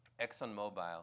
ExxonMobil